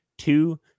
Two